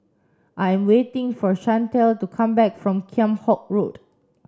I'm waiting for Chantel to come back from Kheam Hock Road